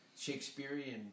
Shakespearean